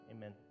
Amen